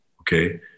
Okay